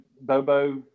Bobo